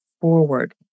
forward